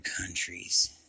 countries